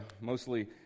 mostly